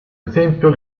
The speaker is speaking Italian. esempio